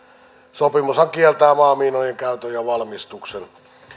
sopimushan kieltää maamiinojen käytön ja valmistuksen